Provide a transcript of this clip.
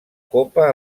copa